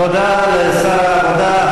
תודה לשר העבודה,